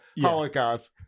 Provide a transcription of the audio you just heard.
Holocaust